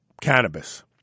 cannabis